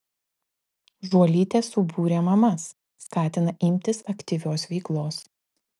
žuolytė subūrė mamas skatina imtis aktyvios veiklos